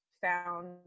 found